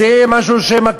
אז זה יהיה משהו שמקביל,